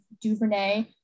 DuVernay